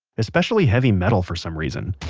especially heavy metal for some reason.